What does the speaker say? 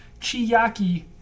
Chiyaki